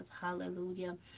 hallelujah